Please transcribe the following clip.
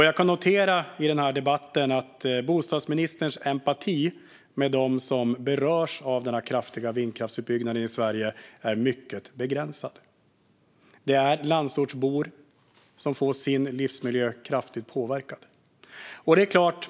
Jag noterar i debatten att bostadsministerns empati med dem som berörs av den kraftiga vindkraftsutbyggnaden i Sverige är mycket begränsad. Det är landsortsbor som får sin livsmiljö kraftigt påverkad.